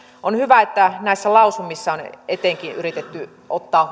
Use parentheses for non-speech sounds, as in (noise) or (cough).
on hyvä että näissä lausumissa on etenkin yritetty ottaa (unintelligible)